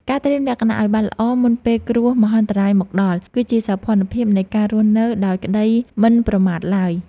ការត្រៀមលក្ខណៈឱ្យបានល្អមុនពេលគ្រោះមហន្តរាយមកដល់ គឺជាសោភ័ណភាពនៃការរស់នៅដោយក្តីមិនប្រមាទឡើយ។